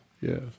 Yes